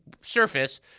surface